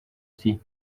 see